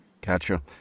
Gotcha